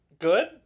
Good